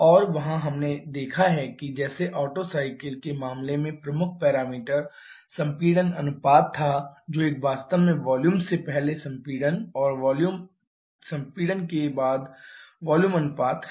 और वहां हमने देखा है कि जैसे ओटो साइकल के मामले में प्रमुख पैरामीटर संपीड़न अनुपात था जो एक वास्तव में वॉल्यूम से पहले संपीड़न और वॉल्यूम संपीड़न के बाद वॉल्यूम अनुपात है